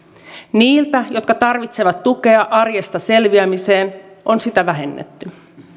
niiltä jotka tarvitsevat tukea arjesta selviämiseen on sitä vähennetty